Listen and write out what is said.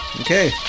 okay